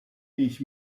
ich